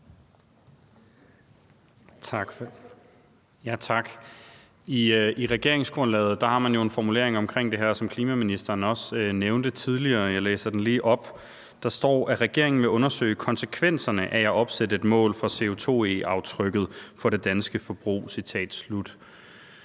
I regeringsgrundlaget har man jo en formulering om det her, hvilket klimaministeren også nævnte tidligere. Jeg læser den lige op. Der står: »Regeringen vil undersøge konsekvenserne af at opsætte et mål for CO2-e-aftrykket for det danske forbrug.«